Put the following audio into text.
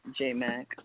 J-Mac